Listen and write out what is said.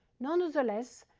nonetheless,